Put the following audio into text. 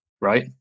right